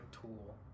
Tool